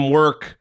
work